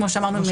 כמו שאמרנו,